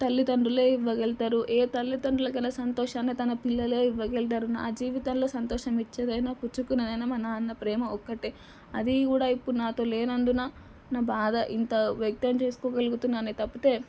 తల్లిదండ్రులే ఇవ్వగలుగుతారు ఏ తల్లిదండ్రులకైనా సంతోషాన్ని తన పిల్లలే ఇవ్వగలుగుతారు నా జీవితంలో సంతోషం ఇచ్చేదైనా పుచ్చుకునేదైనా మా నాన్న ప్రేమ ఒక్కటే అది కూడా ఇప్పుడు నాతో లేనందున నా బాధ ఇంత వ్యక్తం చేసుకోగలుగుతున్నానే తప్పితే